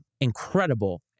incredible